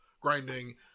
grinding